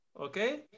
okay